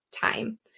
time